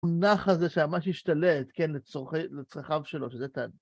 המונח הזה שממש השתלט, כן, לצרכיו שלו, שזה טעם.